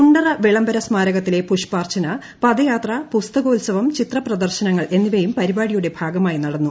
കുണ്ടറ ് വിളംബര സ്മാരകത്തിലെ പുഷ്പാർച്ചന പദയാത്ര പുസ്തകോത്സവം ചിത്ര പ്രദർശനങ്ങൾ എന്നിവയും പരിപാടിയുടെ ഭാഗമായി നടന്നു